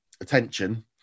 attention